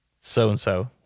so-and-so